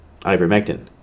ivermectin